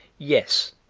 yes,